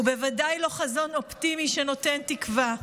ובוודאי לא חזון אופטימי שנותן תקווה.